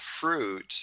fruit